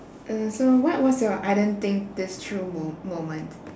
uh so what's was your I didn't think this through mo~ moment